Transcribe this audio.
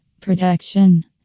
Protection